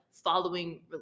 following